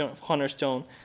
cornerstone